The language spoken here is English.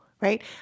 Right